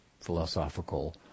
philosophical